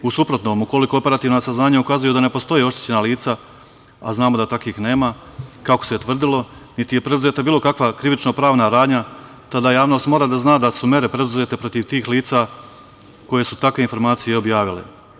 U suprotnom, ukoliko operativna saznanja ukazuju da ne postoje oštećena lica, a znamo da takvih nema, kako se tvrdilo, niti je preduzeta bilo kakva krivično-pravna radnja, tada javnost mora da zna da su mere preduzete protiv tih lica, koje su takve informacije i objavile.